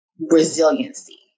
resiliency